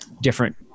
different